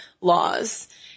laws